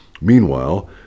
Meanwhile